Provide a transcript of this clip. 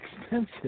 expensive